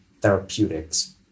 therapeutics